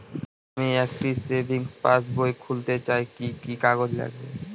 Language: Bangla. আমি একটি সেভিংস পাসবই খুলতে চাই কি কি কাগজ লাগবে?